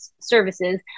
services